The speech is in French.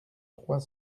trois